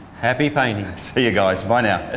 happy painting. see you guys. bye now. ah